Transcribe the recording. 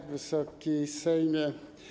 Wysoki Sejmie!